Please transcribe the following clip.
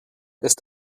ist